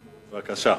בבקשה.